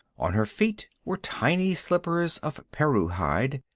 on her feet were tiny slippers of perruh hide,